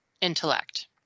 intellect